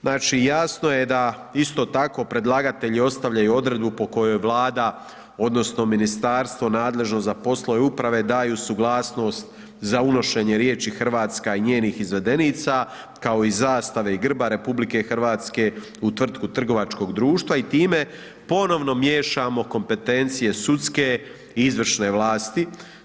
Znači jasno je da isto tako predlagatelji ostavljaju odredbu po kojoj Vlada odnosno ministarstvo nadležno za poslove uprave daju suglasnost za unošenje riječi Hrvatska i njenih izvedenica, kao i zastave i grba RH u tvrtku trgovačkog društva i time ponovno miješamo kompetencije sudske i izvršne vlasti.